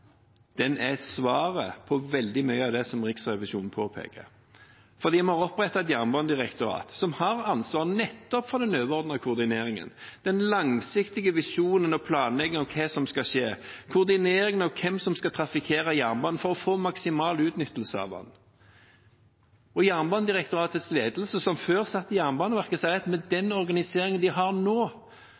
et jernbanedirektorat som nettopp har ansvar for den overordnede koordineringen, den langsiktige visjonen, planleggingen av hva som skal skje, og koordineringen av hvem som skal trafikkere jernbanen for å få maksimal utnyttelse av den. Jernbanedirektoratets ledelse, som før satt i Jernbaneverket, sier at med den organiseringen de har nå,